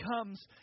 comes